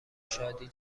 شادی